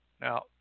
Now